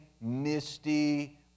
misty